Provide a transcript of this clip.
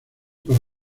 para